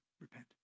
repent